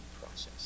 process